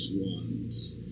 ones